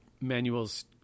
manuals